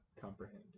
comprehend